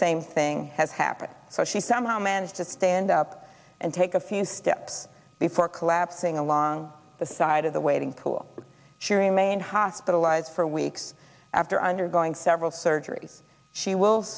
same thing has happened so she somehow managed to stand up and take a few steps before collapsing along the side of the wading pool she remained hospitalized for weeks after undergoing several surgeries she will